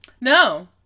No